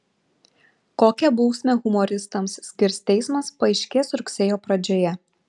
kokią bausmę humoristams skirs teismas paaiškės rugsėjo pradžioje